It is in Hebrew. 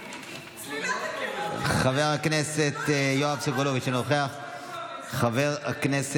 חבר הכנסת יואב סגלוביץ' אינו נוכח,